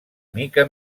mica